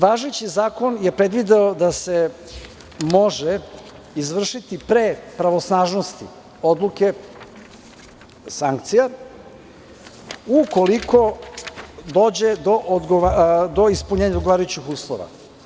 Važeći zakon je predvideo da se može izvršiti pre pravosnažnosti odluke sankcija ukoliko dođe do ispunjenja odgovarajućih uslova.